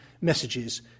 messages